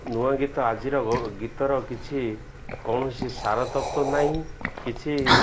ନୂଆ ଗୀତ ଆଜିର ଗୀତର କିଛି କୌଣସି ସାର ତପ୍ତ ନାହିଁ କିଛି